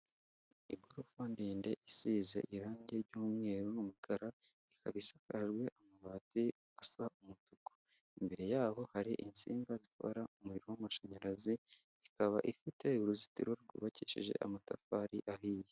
Igorofa ndende isize irangi ry'umweru n'umukara, ikaba isakajwe amabati asa umutuku, imbere yaho hari insinga zitwara umuriro w'amashanyarazi, ikaba ifite uruzitiro rwubakishije amatafari ahiye.